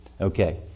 Okay